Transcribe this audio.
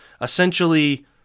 essentially